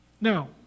Now